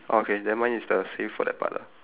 orh K then mine is the same for that part lah